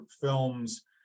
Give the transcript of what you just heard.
films